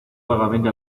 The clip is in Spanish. vagamente